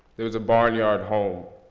there was a barnyard home